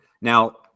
Now